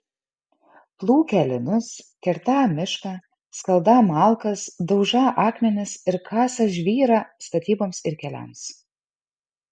plūkią linus kertą mišką skaldą malkas daužą akmenis ir kasą žvyrą statyboms ir keliams